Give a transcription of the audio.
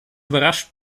überrascht